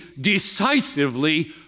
decisively